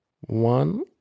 one